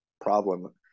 problem